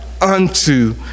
unto